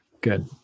Good